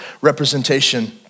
representation